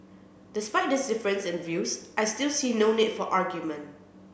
despite this difference in views I still see no need for argument